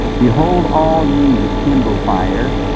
behold all ye that kindle fire,